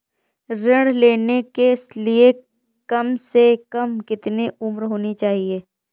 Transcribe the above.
ऋण लेने के लिए कम से कम कितनी उम्र होनी चाहिए?